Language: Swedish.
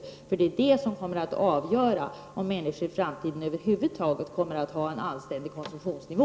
Det är nämligen det som kommer att avgöra om människor i framtiden över huvud taget kommer att ha en anständig konsumtionsnivå.